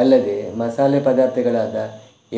ಅಲ್ಲದೆ ಮಸಾಲೆ ಪದಾರ್ಥಗಳಾದ